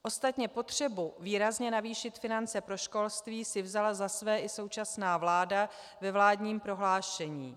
Ostatně potřebu výrazně navýšit finance pro školství si vzala za své i současná vláda ve vládním prohlášení.